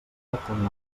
quan